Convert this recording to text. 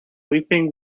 weeping